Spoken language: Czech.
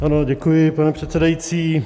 Ano, děkuji, pane předsedající.